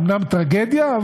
אומנם טרגדיה,